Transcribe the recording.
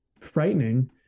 frightening